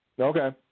Okay